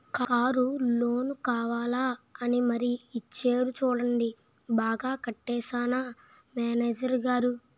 Car loan కావాలా అని మరీ ఇచ్చేరు చూడండి బాగా కట్టేశానా మేనేజరు గారూ?